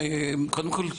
קודם כול,